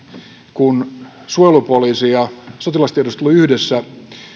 kun suojelupoliisi ja sotilastiedustelu yhdessä